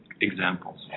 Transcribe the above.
examples